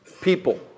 people